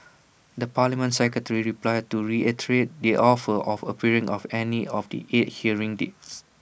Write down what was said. the parliament secretary replied to reiterate the offer of appearing on any of the eight hearing dates